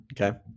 Okay